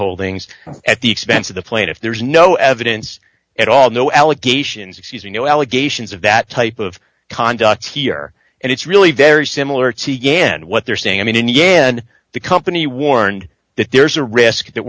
holdings at the expense of the plaintiff there's no evidence at all no allegations accusing no allegations of that type of conduct here and it's really very similar gand what they're saying i mean in the end the company warned that there's a risk that